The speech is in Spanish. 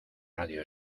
radio